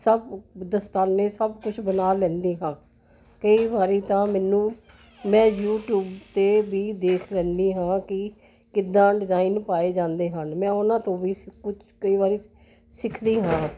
ਸਭ ਦਸਤਾਨੇ ਸਭ ਕੁਛ ਬਣਾ ਲੈਂਦੀ ਹਾਂ ਕਈ ਵਾਰੀ ਤਾਂ ਮੈਨੂੰ ਮੈਂ ਯੂਟਿਊਬ 'ਤੇ ਵੀ ਦੇਖ ਲੈਂਦੀ ਹਾਂ ਕਿ ਕਿੱਦਾਂ ਡਿਜ਼ਾਇਨ ਪਾਏ ਜਾਂਦੇ ਹਨ ਮੈਂ ਉਹਨਾਂ ਤੋਂ ਵੀ ਸਿੱ ਕੁ ਕਈ ਵਾਰੀ ਸਿੱ ਸਿੱਖਦੀ ਹਾਂ